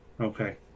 Okay